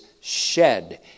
shed